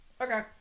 Okay